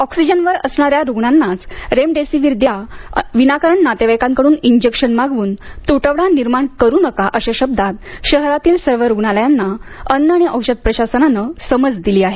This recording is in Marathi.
ऑक्सिजनवर असणाऱ्या रुग्णांनाच रेमडेसिव्हिर द्या विनाकारण नातेवाइकांकडून इंजेक्शन मागवून तुटवडा निर्माण करू नका अशा शब्दांत शहरातील सर्व रुग्णालयांना अन्न आणि औषध प्रशासनानं समज दिली आहे